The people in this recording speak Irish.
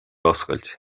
oscailt